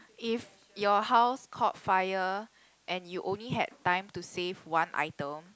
if your house caught fire and you only had time to save one item